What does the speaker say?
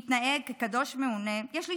מתנהג כקדוש מעונה, יש לשאול: